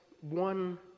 one